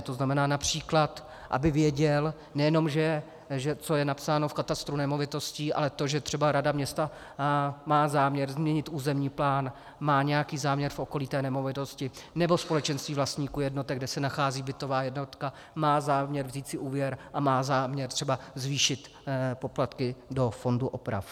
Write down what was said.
To znamená například, aby věděl, nejenom co je napsáno v katastru nemovitostí, ale to, že třeba rada města má záměr změnit územní plán, má nějaký záměr v okolí té nemovitosti, nebo společenství vlastníků jednotek, kde se nachází bytová jednotka, má záměr vzít si úvěr a má záměr třeba zvýšit poplatky do fondu oprav.